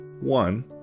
One